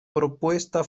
propuesta